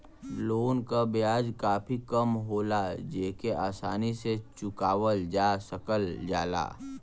loan क ब्याज काफी कम होला जेके आसानी से चुकावल जा सकल जाला